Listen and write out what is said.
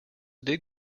did